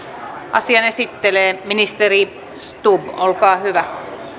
asian esittelee ministeri stubb olkaa hyvä